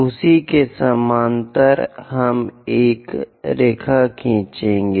उसी के समानांतर हम एक रेखा खींचेंगे